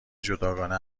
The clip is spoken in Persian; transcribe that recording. جداگانه